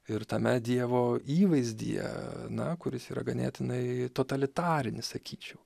ir tame dievo įvaizdyje na kuris yra ganėtinai totalitarinis sakyčiau